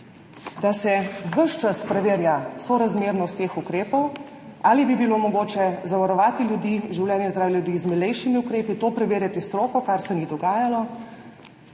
da se ves čas preverja sorazmernost teh ukrepov, ali bi bilo mogoče zavarovati ljudi, življenje, zdravje ljudi z milejšimi ukrepi, to preverjati s stroko, kar se ni dogajalo.